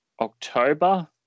October